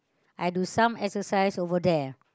I do some exercise over there